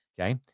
okay